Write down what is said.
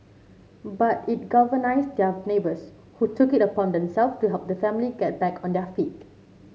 but it galvanised their neighbours who took it upon them self to help the family get back on their feet